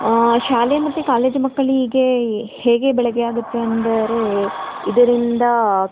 ಶಾಲೆ ಮತ್ತು ಕಾಲೇಜು ಮಕ್ಕಳಿಗೆ ಹೇಗೆ ಬಳಕೆಯಾಗುತ್ತೆ ಅಂದರೆ ಇದರಿಂದ